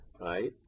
right